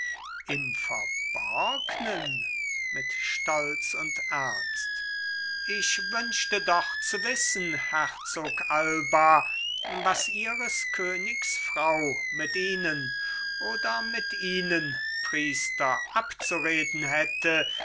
im verborgnen mit stolz und ernst ich wünschte doch zu wissen herzog alba was ihres königs frau mit ihnen oder mit ihnen priester abzureden hätte